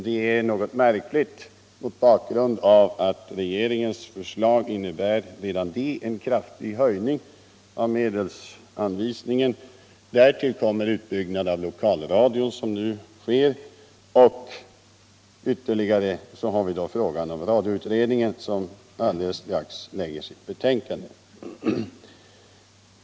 Detta är något märkligt mot bakgrund av att regeringens förslag redan det innebär en kraftig höjning av medelsanvisningen. Därtill kommer den utbyggnad av lokalradion som nu sker. Vidare skall radioutredningen inom kort lägga fram sitt betänkande.